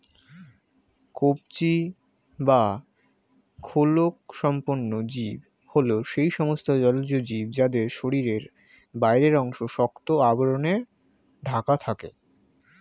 কবচী বা খোলকসম্পন্ন জীব হল সেই সমস্ত জলজ জীব যাদের শরীরের বাইরের অংশ শক্ত আবরণে ঢাকা থাকে